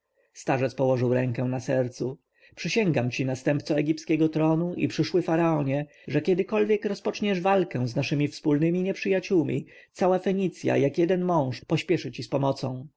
położył rękę na sercu przysięgam ci następco egipskiego tronu i przyszły faraonie że kiedykolwiek rozpoczniesz walkę z naszymi wspólnymi nieprzyjaciółmi cała fenicja jak jeden mąż pośpieszy ci z pomocą